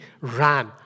ran